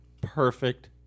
Perfect